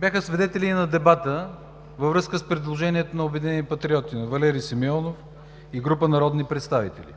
бяха свидетели на дебата във връзка с предложението на „Обединени патриоти“ – на Валери Симеонов и група народни представители.